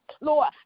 Lord